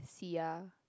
Sia